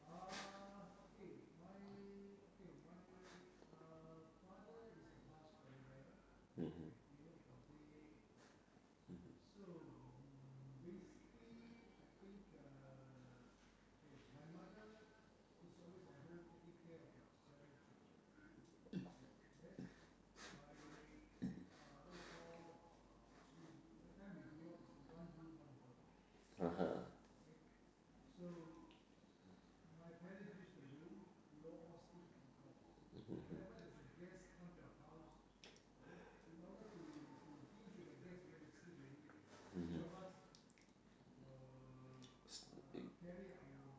mmhmm (uh huh) mmhmm mmhmm